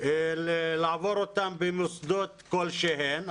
לעבור אותם במוסדות כלשהם,